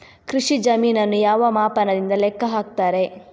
ಕೃಷಿ ಜಮೀನನ್ನು ಯಾವ ಮಾಪನದಿಂದ ಲೆಕ್ಕ ಹಾಕ್ತರೆ?